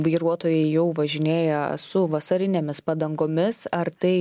vairuotojai jau važinėja su vasarinėmis padangomis ar tai